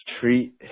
treat